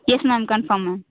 yes ma'am confirm ma'am